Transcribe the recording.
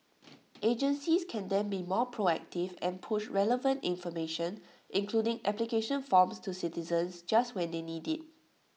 agencies can then be more proactive and push relevant information including application forms to citizens just when they need IT